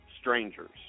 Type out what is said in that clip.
strangers